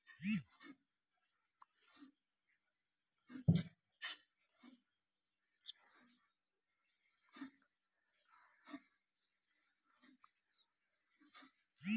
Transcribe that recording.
भारत मे star anise खाली अरुणाचल प्रदेश मे उपजाएल जाइ छै